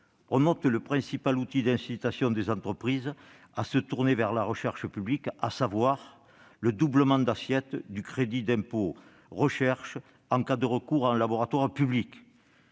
on ôte le principal outil d'incitation des entreprises à se tourner vers la recherche publique, à savoir le doublement de l'assiette du crédit d'impôt recherche en cas de recours à un laboratoire public.